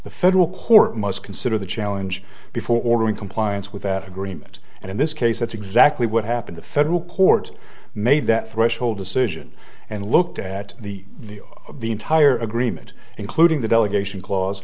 the federal court must consider the challenge before ordering compliance with that agreement and in this case that's exactly what happened the federal court made that threshold decision and looked at the the entire agreement including the delegation cla